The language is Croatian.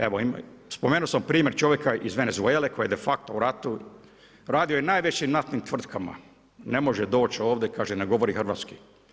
Evo, spomenuo sam primjer čovjeka iz Venezuele koji de facto u ratu radio je najvećim naftnim tvrtkama, ne može doći ovdje, kaže ne govori hrvatski.